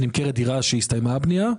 כשנמכרת דירה אחרי שהסתיימה הבנייה,